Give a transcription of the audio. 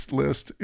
list